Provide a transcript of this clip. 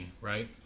right